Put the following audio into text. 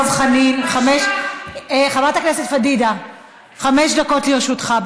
חבר הכנסת דב חנין, חמש דקות לרשותך.